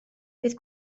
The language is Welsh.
bydd